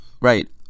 right